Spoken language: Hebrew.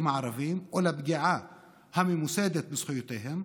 הערבים ולפגיעה הממוסדת בזכויותיהם,